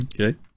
Okay